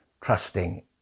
trusting